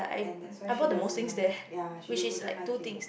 and that's why she doesn't like ya she wouldn't like it